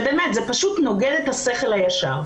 זה נוגד את השכל הישר.